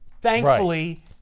Thankfully